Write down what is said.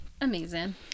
Amazing